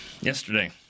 yesterday